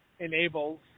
enables